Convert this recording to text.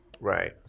right